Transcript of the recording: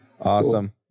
awesome